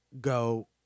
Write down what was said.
go